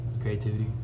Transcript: Creativity